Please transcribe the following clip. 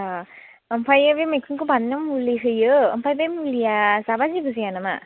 ओमफ्रायो बे मैखुनखौ बानायाव मुलि होयो ओमफ्राय बे मुलिया जाबा जेबो जाया नामा